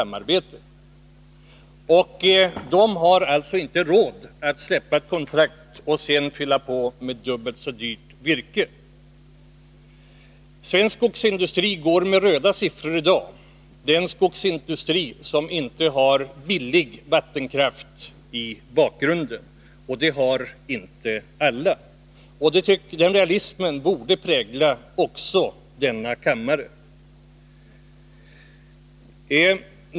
Man har alltså inte råd att släppa ett kontrakt och sedan fylla på med dubbelt så dyrt virke. Svensk skogsindustri går med röda siffror i dag, den skogsindustri som inte har billig vattenkraft i bakgrunden. Och det har inte alla. Den realismen borde prägla också denna kammare.